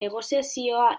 negoziazioa